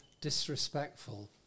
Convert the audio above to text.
disrespectful